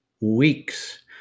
weeks